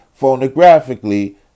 phonographically